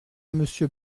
monsieur